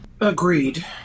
Agreed